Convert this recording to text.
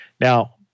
Now